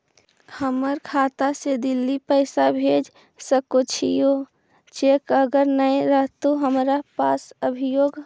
हमर खाता से दिल्ली पैसा भेज सकै छियै चेक अगर नय रहतै अपना पास अभियोग?